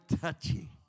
touchy